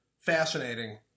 fascinating